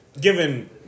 given